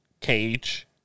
cage